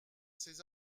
ces